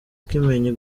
kimenyi